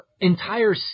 entire